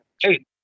Hey